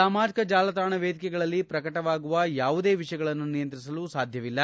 ಸಾಮಾಜಿಕ ಜಾಲತಾಣ ವೇದಿಕೆಗಳಲ್ಲಿ ಪ್ರಕಟವಾಗುವ ಯಾವುದೇ ವಿಷಯಗಳನ್ನು ನಿಯಂತ್ರಿಸಲು ಸಾಧ್ಯವಿಲ್ಲ